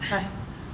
hai~